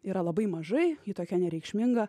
yra labai mažai ji tokia nereikšminga